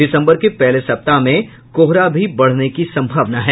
दिसम्बर के पहले सप्ताह में कोहरा भी बढ़ने की संभावना है